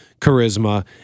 charisma